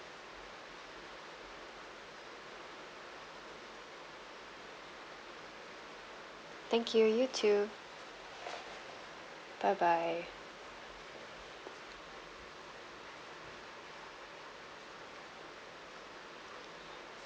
thank you you too bye bye